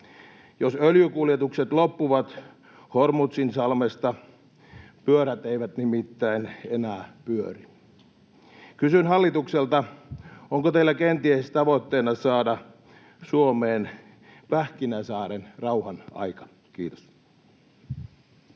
Jos öljykuljetukset loppuvat Hormuzinsalmesta, pyörät eivät nimittäin enää pyöri. Kysyn hallitukselta: onko teillä kenties tavoitteena saada Suomeen Pähkinäsaaren rauhan aika? — Kiitos.